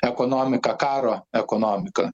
ekonomiką karo ekonomika